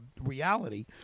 reality